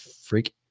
freak